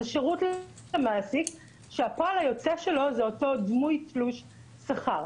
זה שירותי למעסיק שהפועל היוצא שלו זה אותו דמוי תלוש שכר.